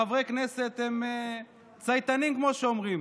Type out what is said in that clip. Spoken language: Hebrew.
חברי הכנסת צייתנים, כמו שאומרים.